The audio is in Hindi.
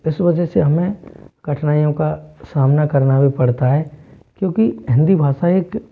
तो इस वजह से हमें कठिनाइयों का सामना करना भी पड़ता है क्योंकि हिंदी भाषा एक